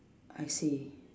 I see